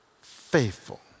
faithful